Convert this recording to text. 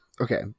okay